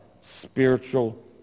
spiritual